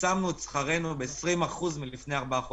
צמצמנו את שכרנו ב-20% מלפני ארבעה חודשים,